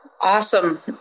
Awesome